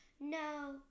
No